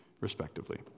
respectively